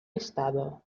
estado